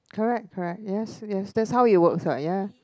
correct correct yes yes that's how it works what ya